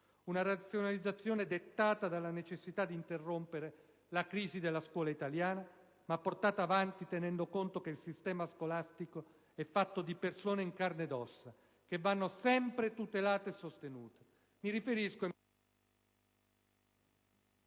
una razionalizzazione dettata dalla necessità di interrompere la crisi della scuola italiana, ma portata avanti tenendo conto che il sistema scolastico è fatto di persone in carne ed ossa, che vanno sempre tutelate e sostenute.